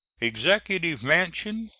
executive mansion,